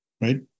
right